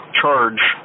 charge